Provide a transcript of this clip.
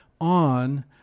on